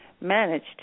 managed